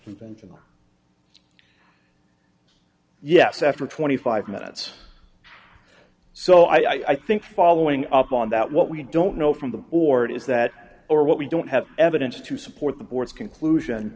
conventional yes after twenty five minutes so i think following up on that what we don't know from the board is that or what we don't have evidence to support the board's conclusion